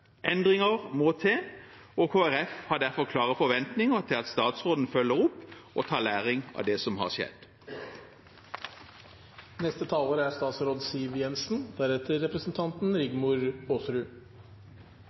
Endringer må til, og Kristelig Folkeparti har derfor klare forventninger til at statsråden følger dette opp og tar lærdom av det som har skjedd. Bakgrunnen for denne saken er